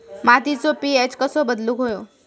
मातीचो पी.एच कसो बदलुक होयो?